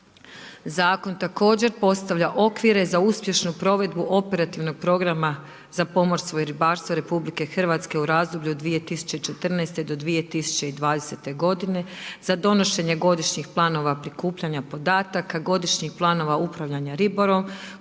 Zakon također postavlja okviru za uspješnu provedbu operativnog programa za pomorstvo i ribarstvo RH, u razdoblju 2014. do 2020. godine, za donošenje godišnjih planova prikupljanja podataka, godišnjih planova upravljanja ribolovom,